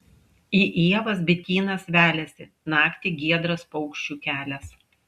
į ievas bitynas veliasi naktį giedras paukščių kelias